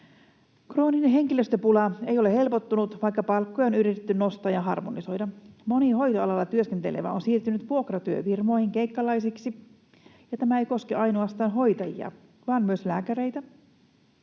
Krooninen henkilöstöpula ei ole helpottunut, vaikka palkkoja on yritetty nostaa ja harmonisoida. Moni hoitoalalla työskentelevä on siirtynyt vuokratyöfirmoihin keikkalaisiksi, ja tämä ei koske ainoastaan hoitajia vaan myös lääkäreitä.